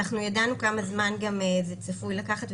ידענו כמה זמן זה צפוי לקחת,